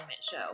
Show